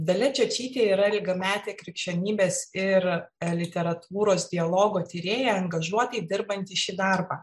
dalia čiočytė yra ilgametė krikščionybės ir literatūros dialogo tyrėja angažuotai dirbanti šį darbą